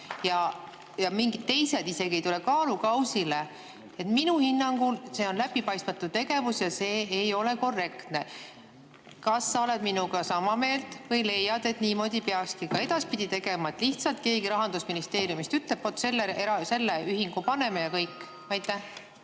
ja mingid teised isegi ei tule kaalukausile. Minu hinnangul on see läbipaistmatu tegevus ja see ei ole korrektne. Kas sa oled minuga sama meelt või leiad, et niimoodi peakski ka edaspidi tegema, et lihtsalt keegi Rahandusministeeriumist ütleb: "Vot selle ühingu paneme ja kõik."? Aitäh,